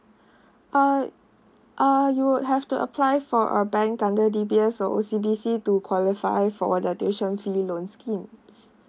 uh uh you would have to apply for a bank under D_B_S or O_C_B_C to qualify for the tuition fees loan schemes